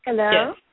Hello